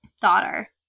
daughter